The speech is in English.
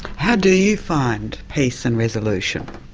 how do you find peace and resolution?